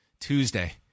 Tuesday